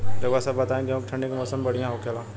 रउआ सभ बताई गेहूँ ठंडी के मौसम में बढ़ियां होखेला?